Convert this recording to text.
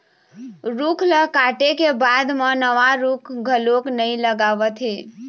रूख ल काटे के बाद म नवा रूख घलोक नइ लगावत हे